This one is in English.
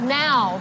now